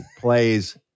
plays